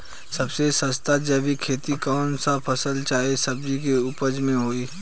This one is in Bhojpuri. सबसे सस्ता जैविक खेती कौन सा फसल चाहे सब्जी के उपज मे होई?